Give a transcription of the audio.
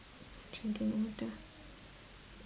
drinking water